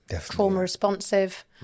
trauma-responsive